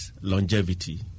longevity